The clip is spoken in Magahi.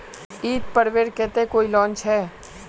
ईद पर्वेर केते कोई लोन छे?